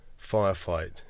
firefight